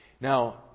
Now